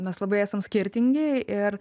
mes labai esam skirtingi ir